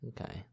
okay